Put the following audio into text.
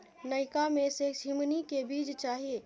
नयका में से झीमनी के बीज चाही?